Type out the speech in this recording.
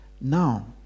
Now